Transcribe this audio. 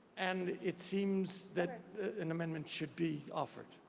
and it seems that an amendment should be offered.